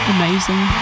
Amazing